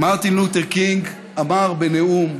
מרטין לותר קינג אמר בנאום: